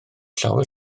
llawer